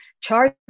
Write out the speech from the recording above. charge